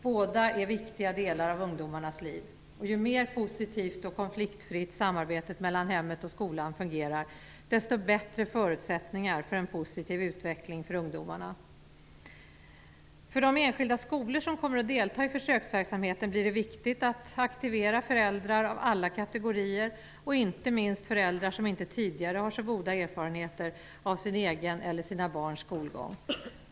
Båda är viktiga delar av ungdomarnas liv. Ju mer positivt och konfliktfritt samarbetet mellan hemmet och skolan fungerar, desto bättre förutsättningar för en positiv utveckling för ungdomarna. För de enskilda skolor som kommer att delta i försöksverksamheten blir det viktigt att aktivera föräldrar av alla kategorier, inte minst föräldrar som inte tidigare har så goda erfarenheter av sin egen eller sina barns skolgång.